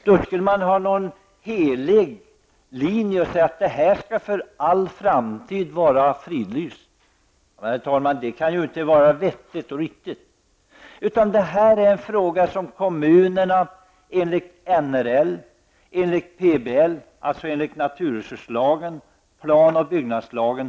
Här skulle man alltså driva något slags helig linje och säga att denna mark för all framtid skall vara fridlyst. Detta kan, herr talman, inte vara vettigt och riktigt. Detta är en fråga som kommunerna skall pröva enligt NRL och PBL, dvs. enligt naturresurslagen och plan och byggnadslagen.